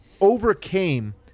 overcame